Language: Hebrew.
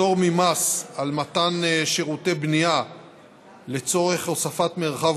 פטור ממס על מתן שירותי בנייה לצורך הוספת מרחב